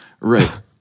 Right